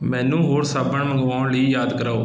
ਮੈਨੂੰ ਹੋਰ ਸਾਬਣ ਮੰਗਵਾਉਣ ਲਈ ਯਾਦ ਕਰਵਾਓ